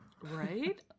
right